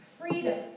freedom